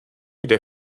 jde